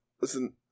Listen